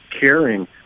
caring